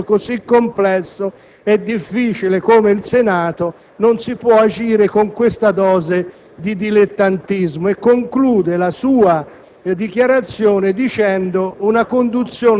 Il senatore Salvi ha dichiarato: «In un contesto così complesso e difficile come il Senato non si può agire con questa dose di dilettantismo». E conclude la sua